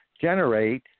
generate